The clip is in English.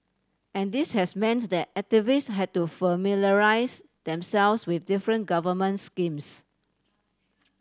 and this has meant that activist had to familiarise themselves with different government schemes